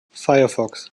firefox